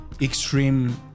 extreme